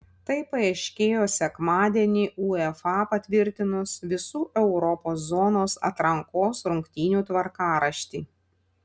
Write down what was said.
tai paaiškėjo sekmadienį uefa patvirtinus visų europos zonos atrankos rungtynių tvarkaraštį